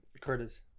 Curtis